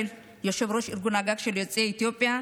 יושב-ראש ארגון הגג של יוצאי אתיופיה,